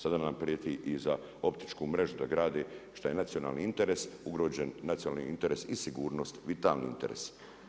Sada nam prijeti i za optičku mrežu da grade šta je nacionalni interes ugrožen, nacionalni interes i sigurnost, vitalni interes.